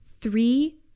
three